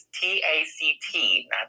t-a-c-t